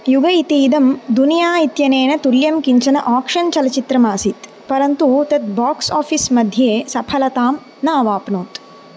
युगम् इत्येदं दुनिया इत्यनेन तुल्यं किञ्चन आक्षन् चलचित्रमासीत् परन्तु तद् बाक्स् आफ़ीस्मध्ये सफलतां न आवाप्नोत्